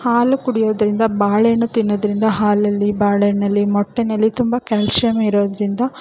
ಹಾಲು ಕುಡಿಯೋದರಿಂದ ಬಾಳೆಹಣ್ಣು ತಿನ್ನೋದರಿಂದ ಹಾಲಲ್ಲಿ ಬಾಳೆಹಣ್ಣಲ್ಲಿ ಮೊಟ್ಟೆಯಲ್ಲಿ ತುಂಬ ಕ್ಯಾಲ್ಸಿಯಮ್ ಇರೋದರಿಂದ